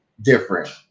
different